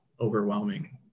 overwhelming